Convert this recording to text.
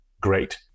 great